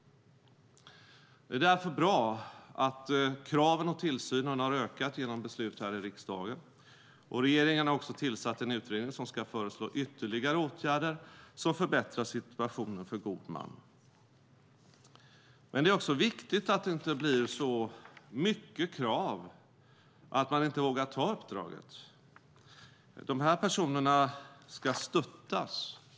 Det är därför bra att kraven och tillsynen har ökat genom beslut här i riksdagen. Regeringen har också tillsatt en utredning som ska föreslå ytterligare åtgärder som förbättrar situationen för gode män. Men det är också viktigt att det inte blir så många krav att man inte vågar ta uppdraget. De här personerna ska stöttas.